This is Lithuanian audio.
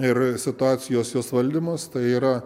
ir situacijos jos valdymas tai yra